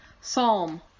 Psalm